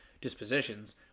dispositions